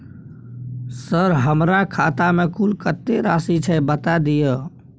Sir हमरा खाता में कुल कत्ते राशि छै बता दिय?